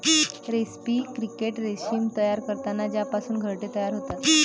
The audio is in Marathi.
रेस्पी क्रिकेट रेशीम तयार करतात ज्यापासून घरटे तयार होतात